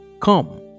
Come